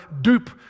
dupe